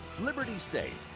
liberty safe.